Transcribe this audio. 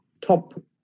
top